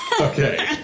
Okay